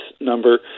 number